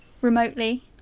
remotely